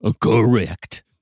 Correct